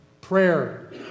prayer